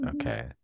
Okay